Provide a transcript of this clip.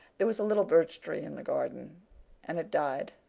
there was a little birch tree in the garden and it died.